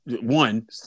one